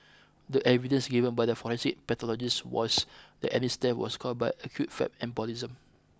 the evidence given by the forensic pathologist was that Annie's death was caused by acute fat embolism